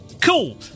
Cool